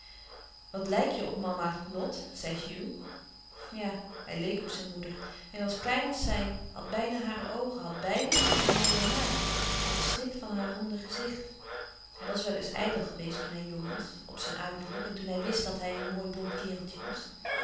wat lijk je op mama lot zei hugh ja hij leek op zijn moeder hij was klein als zij had bijna hare oogen had bijna hare mooie haren had de snit van haar ronde gezicht hij was wel eens ijdel geweest toen hij jong was op louis couperus van oude menschen de dingen die voorbij gaan zijn uiterlijk en toen hij wist dat hij een mooi blond kereltje was